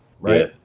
right